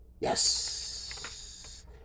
Yes